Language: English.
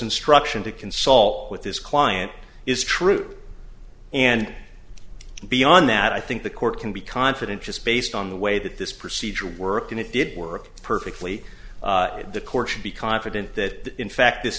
instruction to consult with his client is true and beyond that i think the court can be confident just based on the way that this procedure work and it did work perfectly the court should be confident that in fact this